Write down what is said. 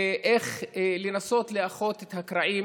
ואיך לנסות לאחות את הקרעים